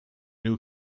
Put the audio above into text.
new